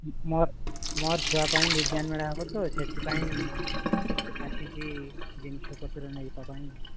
ମୋର ମୋର ଛୁଆ ପାଇଁ ବିଜ୍ଞାନ ମେଳା ହେବ ତ ସେଥିପାଇଁ ଆସିଛି ଜିନିଷ ପତ୍ର ନେବା ପାଇଁ